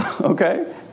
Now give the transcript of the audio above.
Okay